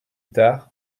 tard